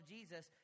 Jesus